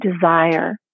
desire